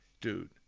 dude